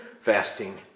Fasting